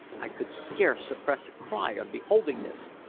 i could scarce suppress a cry on beholding this.